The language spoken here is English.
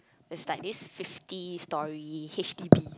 it's like this fifty storey H_D_B